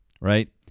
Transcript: right